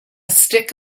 stick